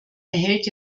erhält